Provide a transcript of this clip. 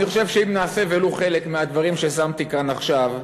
אני חושב שאם נעשה ולו חלק מהדברים ששמתי כאן עכשיו,